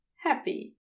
happy